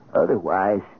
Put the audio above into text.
Otherwise